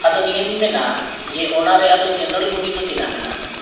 ᱟᱫᱚ ᱱᱤᱭᱟᱹᱤᱧ ᱢᱮᱱᱟ ᱡᱮ ᱚᱱᱟᱨᱮ ᱟᱫᱚ ᱵᱳᱜᱤ ᱫᱚ ᱛᱤᱱᱟᱹᱜ ᱢᱮᱱᱟᱜᱼᱟ